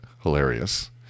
hilarious